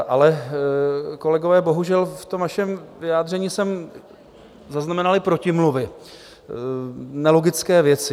Ale, kolegové, bohužel v tom vašem vyjádření jsem zaznamenal i protimluvy, nelogické věci.